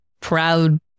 proud